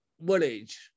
village